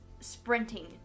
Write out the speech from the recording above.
sprinting